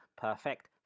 Perfect